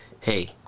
hey